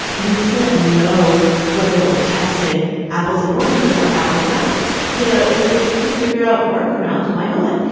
we can't know whether we're testing testing apples and oranges or apples and apples. you know, if if you can figure out work arounds, why not?